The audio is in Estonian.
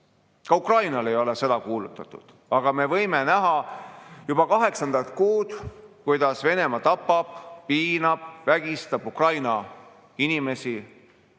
Ka Ukrainale ei ole sõda kuulutatud, aga me võime näha juba kaheksandat kuud, kuidas Venemaa tapab, piinab, vägistab Ukraina inimesi,